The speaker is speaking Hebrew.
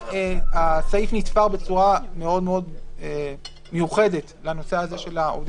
אז הסעיף נתפר בצורה מאוד-מאוד מיוחדת לנושא הזה של העובדים הזרים.